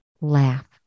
laugh